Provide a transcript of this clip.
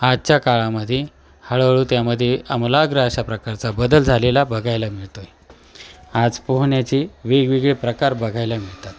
आजच्या काळामध्ये हळूहळू त्यामध्ये आमूलाग्र अशा प्रकारचा बदल झालेला बघायला मिळतो आहे आज पोहण्याचे वेगवेगळे प्रकार बघायला मिळतात